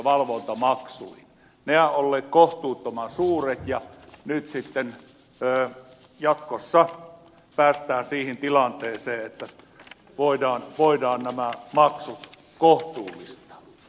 nehän ovat olleet kohtuuttoman suuret ja nyt sitten jatkossa päästään siihen tilanteeseen että voidaan nämä maksut kohtuullistaa